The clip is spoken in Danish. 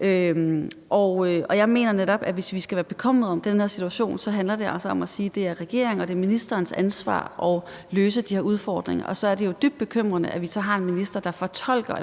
Jeg mener netop, at hvis vi skal være bekymret for den her situation, handler det altså om at sige, at det er regeringen og ministerens ansvar at løse de her udfordringer, og så er det jo dybt bekymrende, at vi så har en minister, der